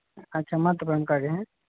ᱟᱪᱪᱷᱟ ᱢᱟ ᱛᱚᱵᱮ ᱚᱱᱠᱟᱜᱮ ᱦᱮᱸ